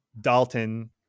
Dalton